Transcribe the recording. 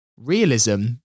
realism